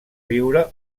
viure